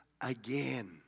again